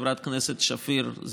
חברת הכנסת שפיר,